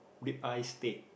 ribeye steak